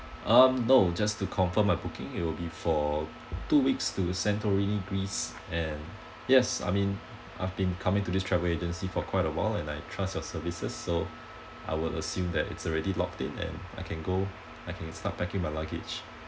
um no just to confirm my booking it'll be for two weeks to santorini greece and yes I mean I've been coming to this travel agency for quite a while and I trust your services so I will assume that it's already locked in and I can go I can start packing my luggage